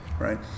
right